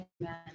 Amen